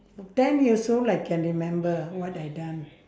ten years old I can remember what I done